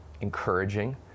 encouraging